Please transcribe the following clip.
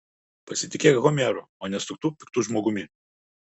pasitikėk homeru o ne suktu piktu žmogumi